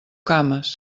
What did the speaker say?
cames